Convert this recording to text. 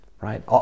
right